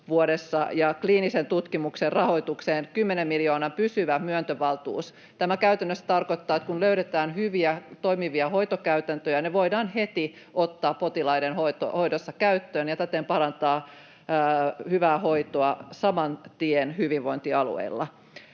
ja kliinisen tutkimuksen rahoitukseen kymmenen miljoonan pysyvän myöntövaltuuden. Tämä käytännössä tarkoittaa, että kun löydetään hyviä toimivia hoitokäytäntöjä, ne voidaan heti ottaa potilaiden hoidossa käyttöön ja täten parantaa hyvää hoitoa saman tien hyvinvointialueilla.